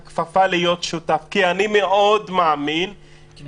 אני מבקש להפנות תשומת